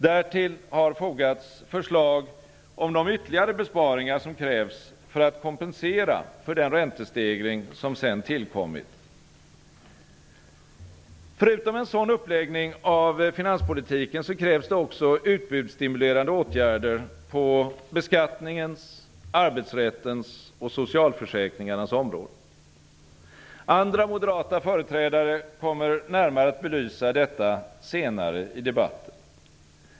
Därtill har fogats förslag om de ytterligare besparingar som krävs för att kompensera för den räntestegring som sedan tillkommit. Förutom en sådan uppläggning av finanspolitiken krävs det också utbudsstimulerande åtgärder på beskattningens, arbetsrättens och socialförsäkringarnas områden. Andra moderata företrädare kommer närmare att belysa detta senare i debatten.